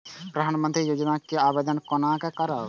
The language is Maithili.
प्रधानमंत्री योजना के आवेदन कोना करब?